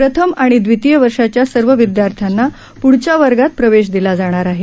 प्रथम आणि द्वितीय वर्षाच्या सर्व विद्यार्थ्यांना पुढच्या वर्गात प्रवेश दिला जाणार आहे